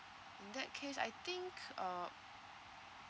in that case I think uh